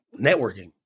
networking